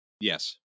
Yes